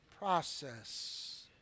process